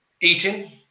eating